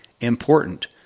important